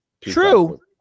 true